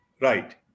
Right